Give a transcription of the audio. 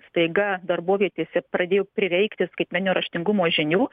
staiga darbovietėse pradėjo prireikti skaitmeninio raštingumo žinių